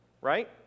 Right